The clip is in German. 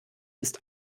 ist